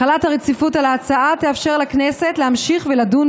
החלת הרציפות על ההצעה תאפשר לכנסת להמשיך ולדון